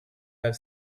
have